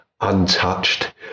untouched